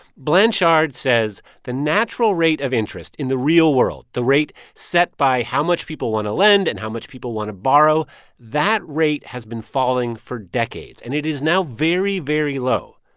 blanchard says the natural rate of interest in the real world, the rate set by how much people want to lend and how much people want to borrow that rate has been falling for decades, and it is now very, very low.